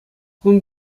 кун